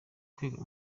kwiga